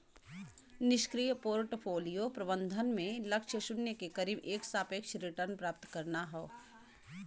निष्क्रिय पोर्टफोलियो प्रबंधन में लक्ष्य शून्य के करीब एक सापेक्ष रिटर्न प्राप्त करना हौ